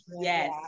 yes